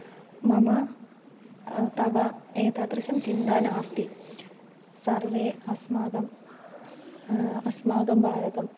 मम तव एतादृशं चिन्ता नास्ति सर्वे अस्माकम् अस्माकं भारतम्